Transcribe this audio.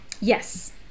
yes